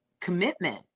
commitment